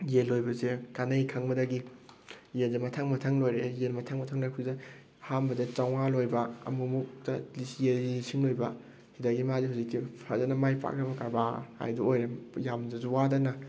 ꯌꯦꯟ ꯂꯣꯏꯕꯁꯦ ꯀꯥꯟꯅꯩ ꯈꯪꯕꯗꯒꯤ ꯌꯦꯡꯁꯦ ꯃꯊꯪ ꯃꯊꯪ ꯂꯣꯏꯔꯛꯑꯦ ꯌꯦꯟ ꯃꯊꯪ ꯃꯊꯪ ꯂꯣꯏꯔꯛꯄꯁꯤꯗ ꯑꯍꯥꯟꯕꯗ ꯆꯥꯝꯃꯉꯥ ꯂꯣꯏꯕ ꯑꯃꯨꯃꯨꯛꯇ ꯌꯦꯟꯁꯦ ꯂꯤꯁꯤꯡ ꯂꯣꯏꯕ ꯁꯤꯗꯒꯤꯗꯤ ꯃꯥꯁꯦ ꯍꯧꯖꯤꯛꯇꯤ ꯐꯖꯅ ꯃꯥꯏ ꯄꯥꯛꯂꯕ ꯀꯔꯕꯥꯔ ꯍꯥꯏꯗꯣ ꯑꯣꯏꯔꯦ ꯌꯥꯝꯅꯁꯨ ꯋꯥꯗꯅ